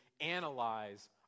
analyze